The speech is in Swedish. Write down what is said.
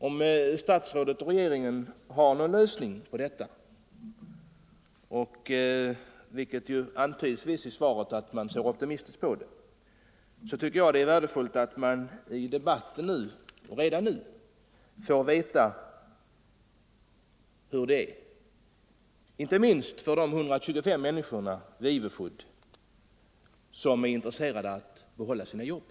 Om statsrådet och regeringen har någon lösning — och det antyds i svaret att man ser optimistiskt på detta —- tycker jag att det är värdefullt att i debatten redan nu få veta detta. — Nr 13 Detta gäller inte minst de 125 människorna vid Ivo Food som är in Fredagen den tresserade av att få behålla sina jobb.